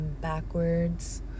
backwards